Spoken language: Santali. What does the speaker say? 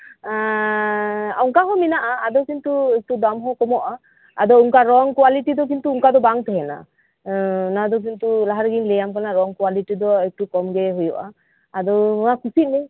ᱮᱸᱻᱻ ᱚᱝᱠᱟ ᱦᱚᱸ ᱢᱮᱱᱟᱜᱼᱟ ᱟᱫᱚ ᱠᱤᱱᱛᱩ ᱫᱟᱢ ᱦᱚᱸ ᱠᱚᱢᱚᱜᱼᱟ ᱟᱫᱚ ᱚᱝᱠᱟ ᱨᱚᱝ ᱠᱳᱣᱟᱞᱤᱴᱤ ᱫᱚ ᱠᱤᱱᱛᱩ ᱚᱝᱠᱟ ᱫᱚ ᱵᱟᱝ ᱛᱟᱦᱮᱸᱱᱟ ᱱᱚᱣᱟ ᱫᱚ ᱠᱤᱱᱛᱩ ᱞᱟᱦᱟ ᱨᱮᱜᱮᱧ ᱞᱟᱹᱭᱟᱢ ᱠᱟᱱᱟ ᱨᱚᱝ ᱠᱳᱣᱟᱞᱤᱴᱤ ᱫᱚ ᱮᱠᱴᱩ ᱠᱚᱢ ᱜᱮ ᱦᱩᱭᱩᱜᱼᱟ ᱟᱫᱚ ᱢᱟ ᱠᱩᱥᱤᱜ ᱢᱮ